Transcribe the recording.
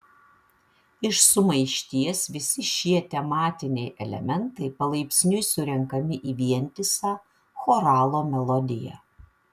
iš sumaišties visi šie tematiniai elementai palaipsniui surenkami į vientisą choralo melodiją